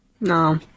No